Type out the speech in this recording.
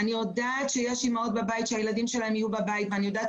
אני יודעת שיש אימהות שהילדים שלהם יהיו בבית ואני יודעת